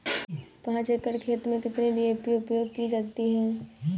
पाँच एकड़ खेत में कितनी डी.ए.पी उपयोग की जाती है?